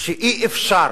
שאי-אפשר